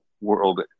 world